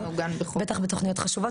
בטח בתוכניות חשובות.